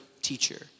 teacher